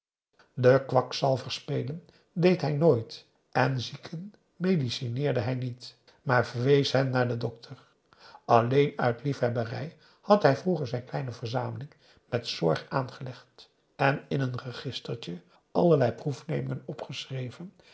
den kwakzalver spelen deed hij nooit en zieken medicineerde hij niet maar verwees hen naar den dokter alleen uit liefhebberij had hij vroeger zijn kleine verzameling met zorg aangelegd en in een registertje allerlei proefnemingen opgeschreven